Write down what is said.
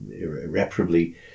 irreparably